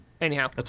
Anyhow